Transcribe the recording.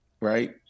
right